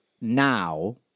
now